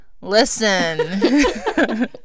listen